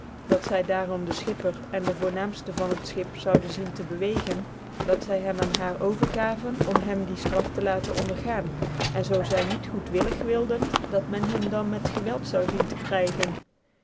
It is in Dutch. dat zy daarom tien schipper en dc voornaamfte van het schip zouden zien te bewegen dat zy hem aan haar overgaven om hem die ftraf te laten ondergaan en zoo zy niet goctwillig wilde dat men hem dan met gcwelt zou zien te krygen